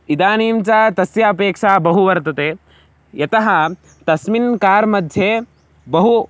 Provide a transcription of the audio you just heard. इदानीं च तस्य अपेक्षा बहु वर्तते यतः तस्मिन् कार् मध्ये बहु